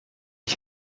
ich